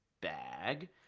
bag